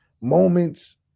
moments